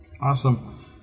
Awesome